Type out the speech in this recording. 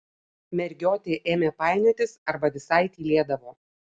mergiotė ėmė painiotis arba visai tylėdavo